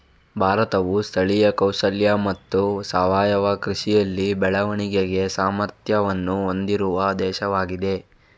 ಭಾರತವು ಸ್ಥಳೀಯ ಕೌಶಲ್ಯ ಮತ್ತು ಸಾವಯವ ಕೃಷಿಯಲ್ಲಿ ಬೆಳವಣಿಗೆಗೆ ಸಾಮರ್ಥ್ಯವನ್ನು ಹೊಂದಿರುವ ದೇಶವಾಗಿದೆ